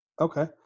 Okay